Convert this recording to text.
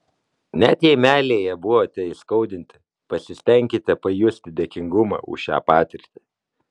net jei meilėje buvote įskaudinti pasistenkite pajusti dėkingumą už šią patirtį